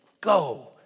go